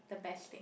the best thing